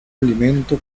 alimento